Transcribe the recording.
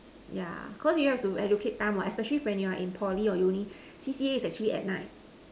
yeah cause you have to allocate time what especially when you're in Poly or uni C_C_A is actually at night